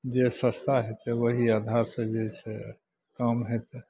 जे सस्ता हेतै ओही आधारसे जे छै काम हेतै